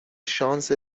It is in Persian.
شانس